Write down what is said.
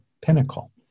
pinnacle